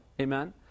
amen